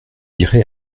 irez